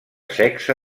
sexe